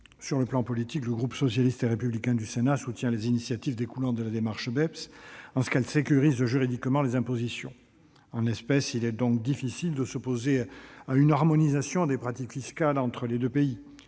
Sur le plan politique, le groupe socialiste et républicain du Sénat soutient les initiatives découlant de la démarche BEPS en ce qu'elle sécurise juridiquement les impositions. En l'espèce, il est donc difficile de s'opposer à une harmonisation des pratiques fiscales entre les deux pays.